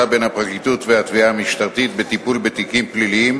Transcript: בין הפרקליטות והתביעה המשטרתית בטיפול בתיקים פליליים.